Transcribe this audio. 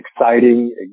exciting